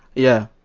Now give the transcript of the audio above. yeah.